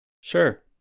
Sure